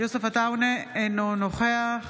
יוסף עטאונה, אינו נוכח